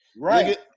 Right